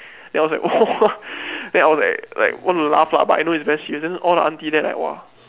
then I was like !wah! then I was like like wanna laugh lah but I know it's very serious then all the auntie there like !wah!